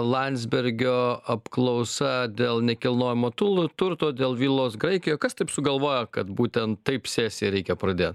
landsbergio apklausa dėl nekilnojamo tulto turto dėl vilos graikijoje kas taip sugalvojo kad būtent taip sesiją reikia pradėt